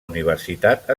universitat